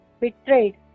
betrayed